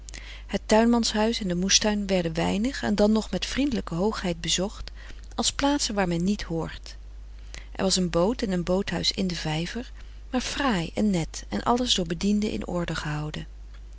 het tuinmanshuis en de moestuin werden weinig en dan nog met vriendelijke hoogheid bezocht als plaatsen waar men niet hoort er was een boot en een boothuis in den vijver maar fraai en net en alles door bedienden in orde gehouden